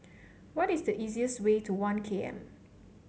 what is the easiest way to One K M